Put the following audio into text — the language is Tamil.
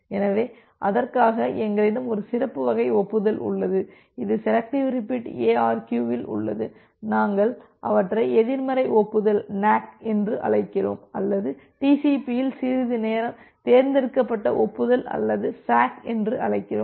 எனவே அதற்காக எங்களிடம் ஒரு சிறப்பு வகை ஒப்புதல் உள்ளது இது செலெக்டிவ் ரிப்பீட் எஆர்கியு இல் உள்ளது நாங்கள் அவற்றை எதிர்மறை ஒப்புதல் நேக் என்று அழைக்கிறோம் அல்லது டிசிபி இல் சிறிது நேரம் தேர்ந்தெடுக்கப்பட்ட ஒப்புதல் அல்லது சேக் என்று அழைக்கிறோம்